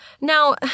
Now